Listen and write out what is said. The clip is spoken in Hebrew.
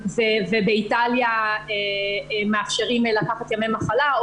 באיטליה מאפשרים לקחת ימי מחלה.